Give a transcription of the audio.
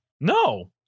No